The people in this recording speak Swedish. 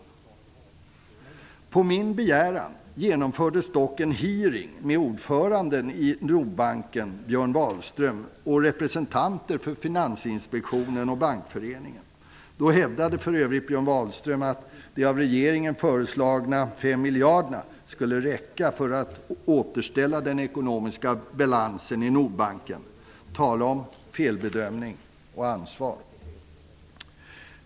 På min begäran genomfördes dock en hearing med ordföranden i Bankföreningen. Då hävdade för övrigt Björn miljarderna skulle räcka för att återställa den ekonomiska balansen i Nordbanken -- tala om felbedömning och ansvar!